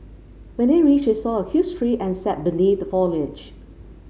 when they reached they saw a huge tree and sat beneath the foliage